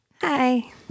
Hi